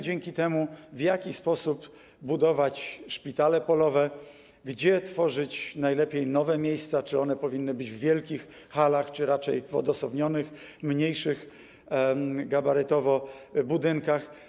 Dzięki temu wiemy, w jaki sposób budować szpitale polowe, gdzie najlepiej tworzyć nowe miejsca, czy one powinny być w wielkich halach, czy raczej w odosobnionych, mniejszych gabarytowo budynkach.